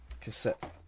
cassette